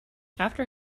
after